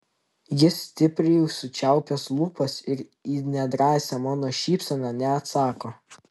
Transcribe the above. jis stipriai sučiaupęs lūpas ir į nedrąsią mano šypseną neatsako